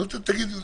עוד פעם,